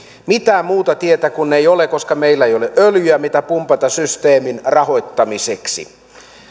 mitään muuta tietä kun ei ole koska meillä ei ole öljyä mitä pumpata systeemin rahoittamiseksi